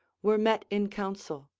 were met in council,